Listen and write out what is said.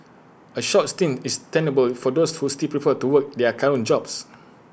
A short stint is tenable for those who still prefer to work in their current jobs